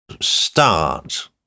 start